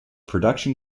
production